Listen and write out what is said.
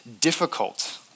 difficult